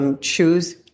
Choose